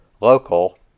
local